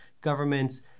governments